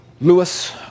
Lewis